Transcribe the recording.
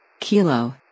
Kilo